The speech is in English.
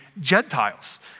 Gentiles